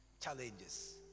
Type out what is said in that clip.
challenges